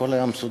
הכול היה מסודר,